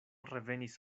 revenis